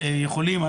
יכולים,